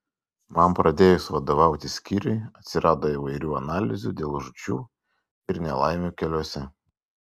man pradėjus vadovauti skyriui atsirado įvairių analizių dėl žūčių ir nelaimių keliuose